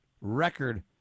record